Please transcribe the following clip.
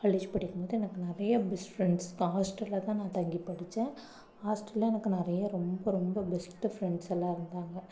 college படிக்கும்போது எனக்கு நிறையா பெஸ்ட் ஃப்ரெண்ட்ஸ் தான் ஹாஸ்டல்ல தான் நான் தங்கி படித்தேன் ஹாஸ்டல்ல எனக்கு நிறையா ரொம்ப ரொம்ப பெஸ்ட்டு ஃப்ரெண்ட்ஸ் எல்லாம் இருந்தாங்கள்